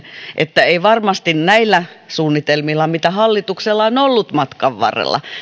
että ei varmasti näillä suunnitelmilla mitä hallituksella on ollut matkan varrella